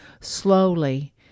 slowly